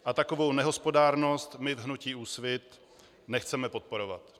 A takovou nehospodárnost my v hnutí Úsvit nechceme podporovat.